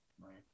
right